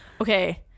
Okay